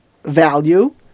value